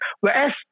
Whereas